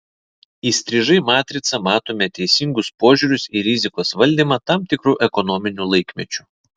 įstrižai matricą matome teisingus požiūrius į rizikos valdymą tam tikru ekonominiu laikmečiu